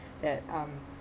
that um